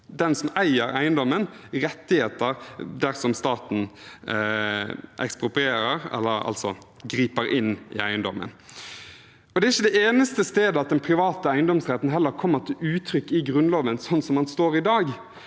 den som eier eiendommen, rettigheter dersom staten eksproprierer eller griper inn i eiendommen. Det er heller ikke det eneste stedet at den private eiendomsretten kommer til uttrykk i Grunnloven slik som den står i dag.